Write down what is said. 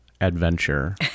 adventure